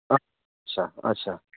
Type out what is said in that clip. ᱟᱪᱷᱟ ᱟᱪᱷᱟ